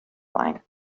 line